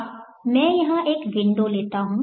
अब मैं यहां एक विंडो लेता हूँ